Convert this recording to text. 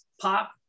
pop